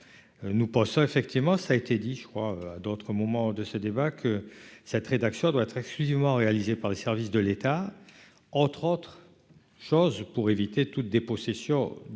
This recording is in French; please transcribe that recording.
nous pensons effectivement ça a été dit, je crois, à d'autres moments de ce débat que cette rédaction doit être exclusivement réalisés par les services de l'État autre autre chose pour éviter toute dépossession